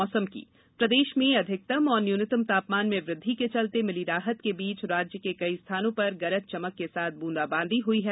मौसम प्रदेश में अधिकतम एवं न्यूनतम तापमान में वृद्धि के चलते मिली राहत के बीच राज्य के कई स्थानों पर गरज चमक के साथ बूंदाबांदी हुई है